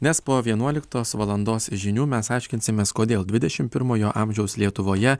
nes po vienuoliktos valandos žinių mes aiškinsimės kodėl dvidešimt pirmojo amžiaus lietuvoje